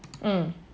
mm